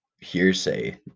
hearsay